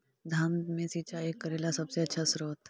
धान मे सिंचाई करे ला सबसे आछा स्त्रोत्र?